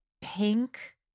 pink